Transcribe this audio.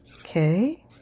Okay